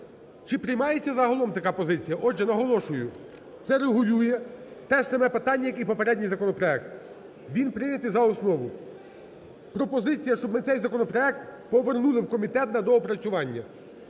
Чи приймається загалом така позиція? Отже, наголошую: це регулює те ж саме питання, як і попередній законопроект. Він прийнятий за основу. Пропозиція, щоб ми цей законопроект повернули в комітет на доопрацювання.